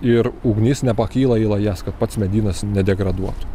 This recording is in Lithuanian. ir ugnis nepakyla į lajas kad pats medynas nedegraduotų